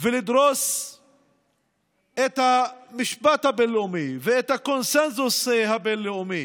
ולדרוס את המשפט הבין-לאומי ואת הקונסנזוס הבין-לאומי.